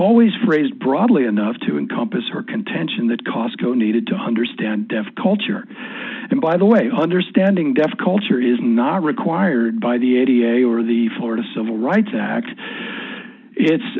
always phrased broadly enough to encompass her contention that cosco needed to understand culture and by the way understanding deaf culture is not required by the eighty eight or the florida civil rights act it's